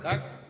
Tak?